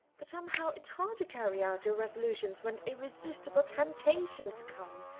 but somehow it's hard to carry out your resolutions when irresistible temptations come.